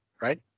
right